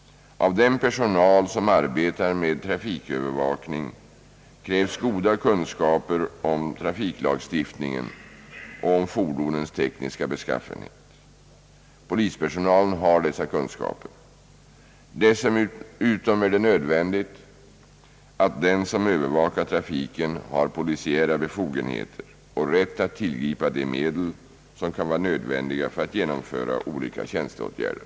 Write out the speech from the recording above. Av den personal som arbetar med trafikövervakning krävs goda kunskaper om trafiklagstiftningen och om fordonens tekniska beskaffenhet. Polispersonalen har dessa kunskaper. Dessutom är det nödvändigt att den som övervakar trafiken har polisiära befogenheter och rätt att tillgripa de medel som kan vara nödvändiga för att genomföra olika tjänsteåtgärder.